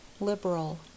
liberal